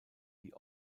die